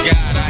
God